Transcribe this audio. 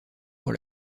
pour